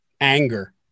anger